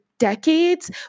Decades